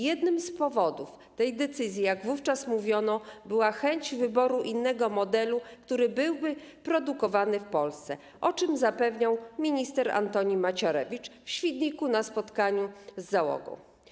Jednym z powodów tej decyzji, jak wówczas mówiono, była chęć wyboru innego modelu, który byłby produkowany w Polsce, o czym zapewniał minister Antoni Macierewicz w Świdniku na spotkaniu z załogą.